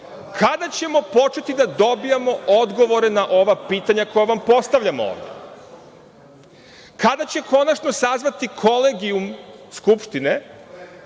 kada ćemo početi da dobijamo odgovore na ova pitanja koja vam postavljamo? Kada će konačno sazvati kolegijum Skupštine